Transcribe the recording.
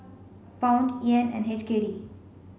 Pound Yen and H K D